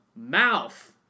Mouth